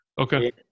Okay